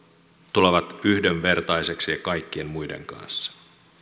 tulevat yhdenvertaisiksi kaikkien muiden kanssa